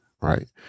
Right